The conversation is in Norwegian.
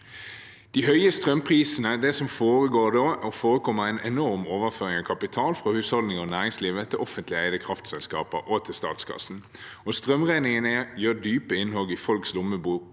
de høye strømprisene foregår det en enorm overføring av kapital fra husholdninger og næringsliv til offentlig eide kraftselskaper og til statskassen. Strømregningene gjør dype innhogg i folks lommebøker